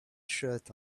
shirt